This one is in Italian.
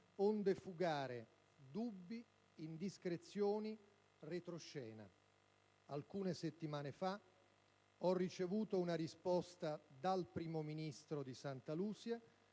onde fugare dubbi, indiscrezioni, retroscena. Alcune settimane fa, ho ricevuto una risposta dal Primo Ministro di Santa Lucia,